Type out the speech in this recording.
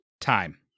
time